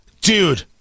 Dude